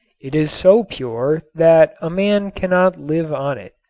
it is so pure that a man cannot live on it.